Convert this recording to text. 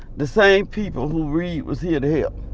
the same people who reeb was here to help.